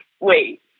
wait